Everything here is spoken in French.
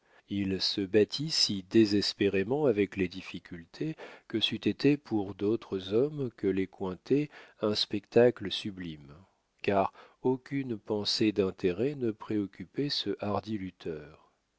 il se battit si désespérément avec les difficultés que c'eût été pour d'autres hommes que les cointet un spectacle sublime car aucune pensée d'intérêt ne préoccupait ce hardi